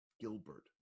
Gilbert